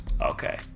Okay